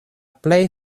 plej